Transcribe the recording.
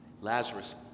Lazarus